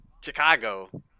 Chicago